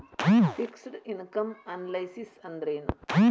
Fixed income analysis ಅಂದ್ರೆನು?